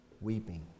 weeping